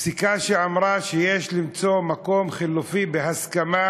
פסיקה שאמרה שיש למצוא מקום חלופי בהסכמה,